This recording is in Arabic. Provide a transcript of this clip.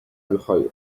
بخير